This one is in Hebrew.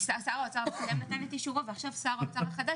שר האוצר הקודם נתן את אישורו ועכשיו שר האוצר החדש